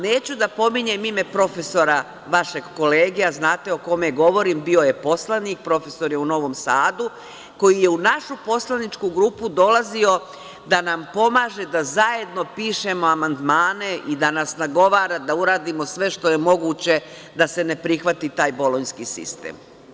Neću da pominjem ime profesora, vašeg kolege, a znate o kome govorim, bio je poslanik, profesor je u Novom Sadu, koji je u našu poslaničku grupu dolazio da nam pomaže da zajedno pišemo amandmane i da nas nagovara da uradimo sve što je moguće da se ne prihvati taj bolonjski sistem.